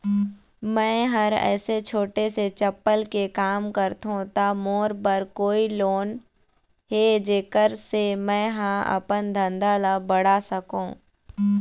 मैं हर ऐसे छोटे से चप्पल के काम करथों ता मोर बर कोई लोन हे जेकर से मैं हा अपन धंधा ला बढ़ा सकाओ?